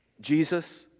Jesus